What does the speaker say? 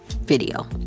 video